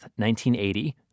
1980